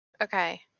Okay